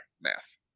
math